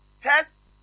test